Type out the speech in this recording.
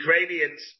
Ukrainians